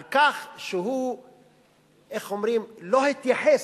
היא על כך שהוא לא התייחס,